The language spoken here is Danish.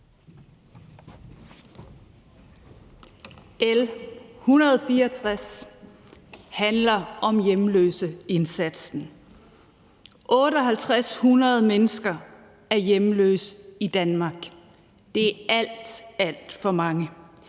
L 164 handler om hjemløseindsatsen. 5.800 mennesker er hjemløse i Danmark. Det er alt, alt for mange.